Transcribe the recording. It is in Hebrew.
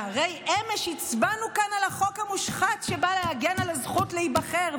והרי אמש הצבענו כאן על החוק המושחת שבא להגן על הזכות להיבחר,